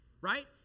right